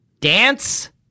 dance